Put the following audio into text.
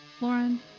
Lauren